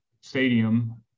stadium